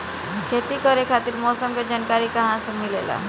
खेती करे खातिर मौसम के जानकारी कहाँसे मिलेला?